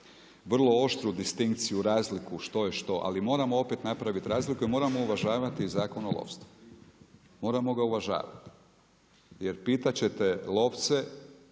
vrlo oštru distinkciju, razliku što je što, ali moramo opet napraviti razliku i moramo uvažavati Zakon o lovstvu, moramo ga uvažavati jer pitat ćete lovce